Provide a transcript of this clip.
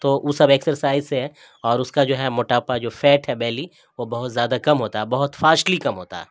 تو وہ سب ایکسرسائز سے اور اس کا جو ہے موٹاپا جو فیٹ ہے بیلی وہ بہت زیادہ کم ہوتا ہے بہت فاسٹلی کم ہوتا ہے